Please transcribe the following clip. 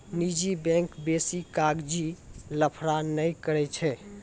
निजी बैंक बेसी कागजी लफड़ा नै करै छै